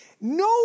No